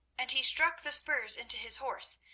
and he struck the spurs into his horse.